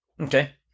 Okay